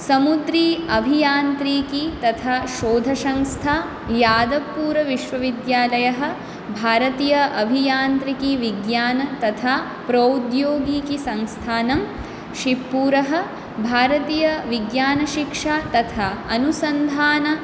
समुद्रि अभियान्त्रिकी तथा शोधसंस्था यादवपुरविश्वविद्यालयः भारतीय अभियान्त्रिकिविज्ञानं तथा प्रौद्योगिकी संस्थानं शिवपुरम् भारतीयविज्ञानशिक्षा तथा अनुसन्धान